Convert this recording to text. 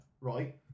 Right